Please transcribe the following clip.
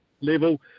level